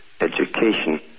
education